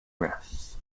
rests